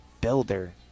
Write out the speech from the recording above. builder